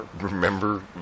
remember